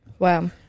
Wow